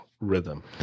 rhythm